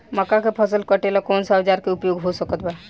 मक्का के फसल कटेला कौन सा औजार के उपयोग हो सकत बा?